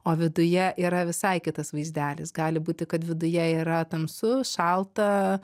o viduje yra visai kitas vaizdelis gali būti kad viduje yra tamsu šalta